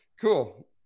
Cool